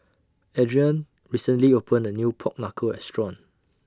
Adrianne recently opened A New Pork Knuckle Restaurant